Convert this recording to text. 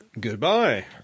Goodbye